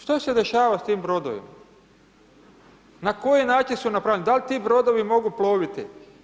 Što se dešava s tim brodovima, na koji način su napravljeni, dal' ti brodovi mogu ploviti?